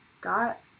got